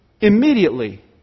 Immediately